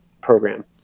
program